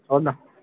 చూద్దాం